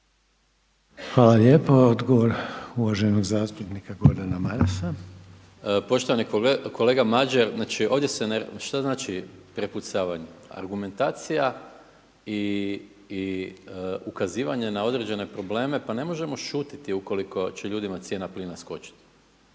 Hvala lijepa. Odgovor uvaženog zastupnika Gordana Marasa. **Maras, Gordan (SDP)** Poštovani kolega Madjer šta znači prepucavanje? Argumentacija i ukazivanje na određene probleme. Pa ne možemo šutiti ukoliko će ljudima cijena plina skočiti.